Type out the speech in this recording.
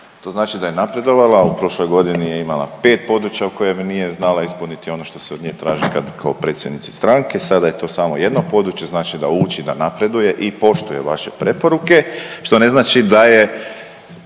To znači da je napredovala. U prošloj godini je imala 5 područja u kojemu nije znala ispuniti ono što se od nje traži kad kao predsjednice stranke, sada je to samo jedno područje. Znači da uči, da napreduje i poštuje vaše preporuke što ne znači da je